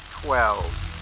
twelve